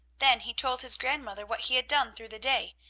then he told his grandmother what he had done through the day,